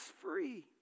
free